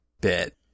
bit